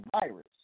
virus